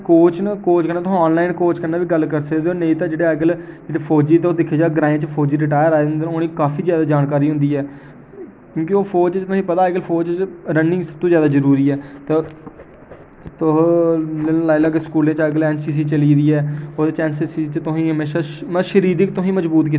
coach न कोच कन्नै तुस ऑनलाइन कोच कन्नै बी गल्ल करी सकदे ओ नेईं ते जेह्ड़े अज्जकल फौजी न तुस दिक्खे जाओ ग्रांएं च फौजी रिटायर आये दे होंदे न उ'नें ई काफी जादा जानकारी होंदी ऐ क्योंकि ओह् फौज च तुसें गी पता अज्जकल फौज च रनिंग सब तो जरूरी ऐ ते तुस लाई लैगे स्कूलै च अज्जकल एन सी सी चली गेदी ऐ ओह्दे च एन सी सी च तुसें गी शरीरिक तुसें गी मजबूत कीता जंदा ऐ